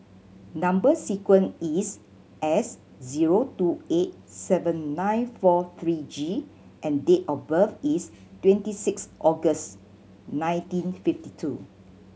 number sequence is S zero two eight seven nine four three G and date of birth is twenty six August nineteen fifty two